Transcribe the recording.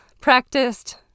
practiced